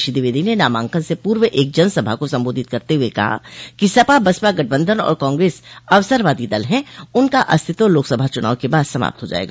श्री द्विवेदी ने नामांकन से पूर्व एक जनसभा को संबोधित करते हुए कहा कि सपा बसपा गठबंधन और कांग्रेस अवसरवादी दल हैं उनका अस्तित्व लोकसभा चूनाव के बाद समाप्त हो जायेगा